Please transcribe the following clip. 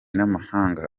n’amahanga